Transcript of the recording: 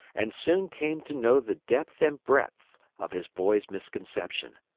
and soon came to know the depth and breadth of his boy's misconception.